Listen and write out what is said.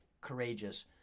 courageous